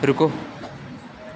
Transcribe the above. ਰੁਕੋ